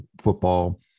football